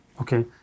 Okay